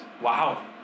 Wow